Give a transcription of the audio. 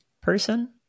person